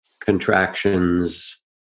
contractions